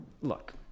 Look